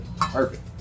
Perfect